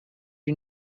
you